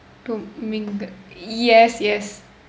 to ming~ yes yes